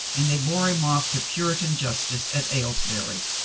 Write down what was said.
and they bore him off to puritan justice at aylesbury.